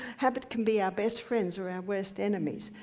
habit can be our best friends or our worst enemies.